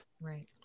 Right